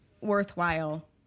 worthwhile